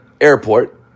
airport